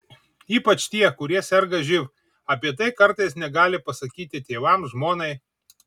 ypač tie kurie serga živ apie tai kartais negali pasakyti tėvams žmonai